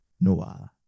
Noah